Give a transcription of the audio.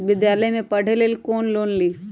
विद्यालय में पढ़े लेल कौनो लोन हई?